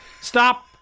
Stop